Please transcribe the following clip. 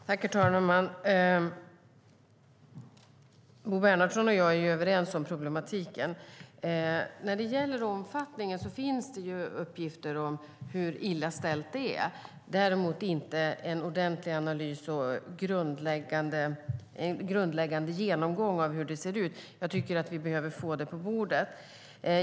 Herr talman! Bo Bernhardsson och jag är ju överens om problematiken. När det gäller omfattningen finns det uppgifter om hur illa ställt det är. Däremot har det inte gjorts någon ordentlig analys och grundläggande genomgång av hur det ser ut. Jag tycker att vi behöver få det.